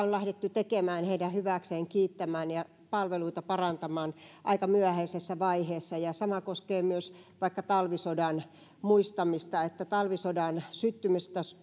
on lähdetty tekemään sotiemme veteraanien hyväksi kiittämään ja palveluita parantamaan aika myöhäisessä vaiheessa sama koskee myös vaikka talvisodan muistamista talvisodan syttymisestä